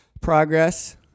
progress